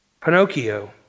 Pinocchio